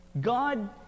God